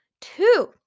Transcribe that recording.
Two